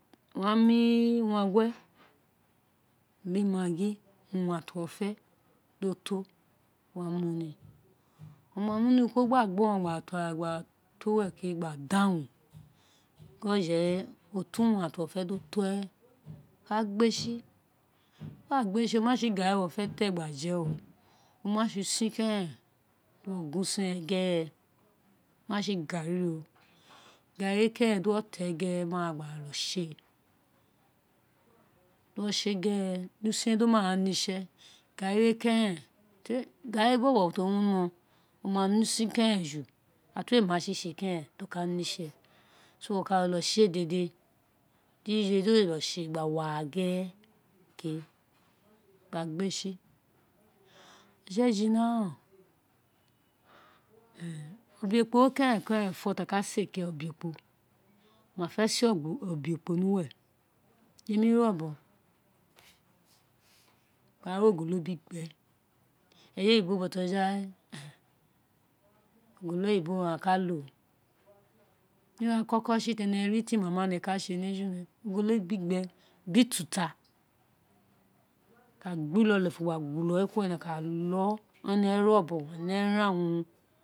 Wo wa mu uwangue bi maggi aghaan ti wo fe do to, mo wa inu ni, wo ma mu ni kuro ogba ogboron gba wara gba to uwe kuro gba dan gho, gin oje we oto viyan ti wo re do to ren wo ka gbe si, wo gba gbe si oma si gani wo fe te gba je oma se wari keren, di wo gunuse we gerere, garri we keren di uwo te ma ra gba jolo see di uwo see gere di usin we ma ne ise, garri we keren o ne bobo ti o ne usin keren di o ka ne ise wo ka jolo wo ara gere ke, wo ka gbesi, o je jina ren, obe-ekpo kerenfo ti a kase keren obe-ekpo, wa ma se obe-ekpo, de mi re obon gba ra ogolo gbi gbe eye oyibo bojoghawe ogolo oyibo owun a ka lo, ni ira koko si ti ene ri ti mama ene se ogolo gbigbe biri ututa, a ka gbe alo lefun a ka lo kuro ene re obon ene ra urun.